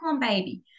baby